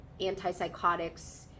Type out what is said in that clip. antipsychotics